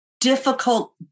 difficult